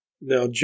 Now